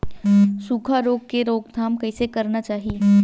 सुखा रोग के रोकथाम कइसे करना चाही?